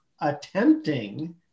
attempting